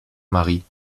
mari